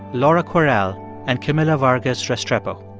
laura kwerel and camila vargas restrepo.